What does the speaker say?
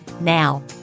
Now